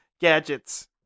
gadgets